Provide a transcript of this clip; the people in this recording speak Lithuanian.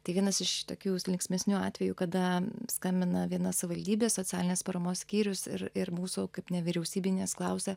tai vienas iš tokių linksmesnių atvejų kada skambina viena savivaldybė socialinės paramos skyrius ir ir mūsų kaip nevyriausybinės klausia